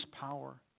power